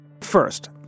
First